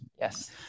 Yes